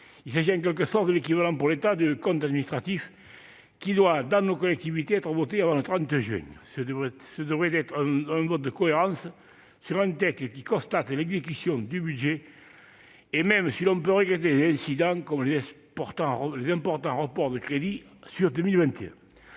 Il s'agit en quelque sorte de l'équivalent, pour l'État, du compte administratif qui doit être voté dans nos collectivités avant le 30 juin. Ce vote devrait donc être un vote de cohérence sur un texte constatant l'exécution budgétaire, même si l'on peut regretter des « incidents », comme les importants reports de crédits sur 2021.